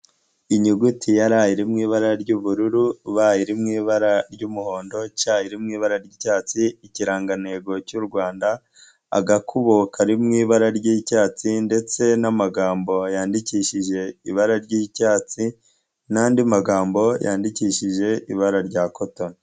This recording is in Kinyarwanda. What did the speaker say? Inyuguti ya R iri mu ibara ry'ubururu, B iri mu ibara ry'umuhondo, C iri mu ibara ry'icyatsi, ikirangantego cy'u Rwanda, agakubo kari mu ibara ry'icyatsi ndetse n'amagambo yandikishije ibara ry'icyatsi, n'andi magambo yandikishije ibara rya kotoni.